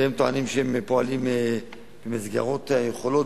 והם טוענים שהם פועלים במסגרת היכולות